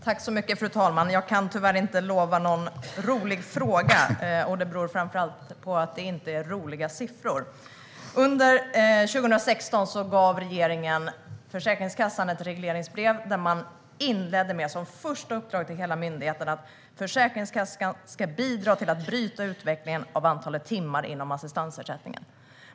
Fru talman! Jag kan tyvärr inte utlova någon rolig fråga, och det beror framför allt på att det inte är roliga siffror jag har här. Under 2016 gav regeringen Försäkringskassan ett regleringsbrev, som man inledde med det första uppdraget, att Försäkringskassan ska bidra till att bryta utvecklingen av antalet timmar inom assistansersättningen.